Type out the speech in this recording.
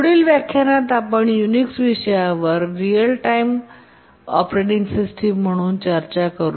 पुढील व्याख्यानात आपण युनिक्स विषयावर रिअल टाइम ऑपरेटिंग सिस्टम म्हणून चर्चा करू